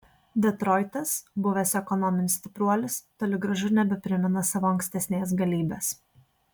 detroitas buvęs ekonominis stipruolis toli gražu nebeprimena savo ankstesnės galybės